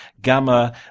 Gamma